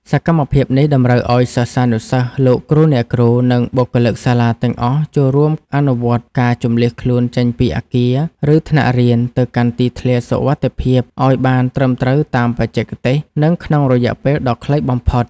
សកម្មភាពនេះតម្រូវឱ្យសិស្សានុសិស្ស លោកគ្រូអ្នកគ្រូ និងបុគ្គលិកសាលាទាំងអស់ចូលរួមអនុវត្តការជម្លៀសខ្លួនចេញពីអគារ ឬថ្នាក់រៀនទៅកាន់ទីធ្លាសុវត្ថិភាពឱ្យបានត្រឹមត្រូវតាមបច្ចេកទេស និងក្នុងរយៈពេលដ៏ខ្លីបំផុត។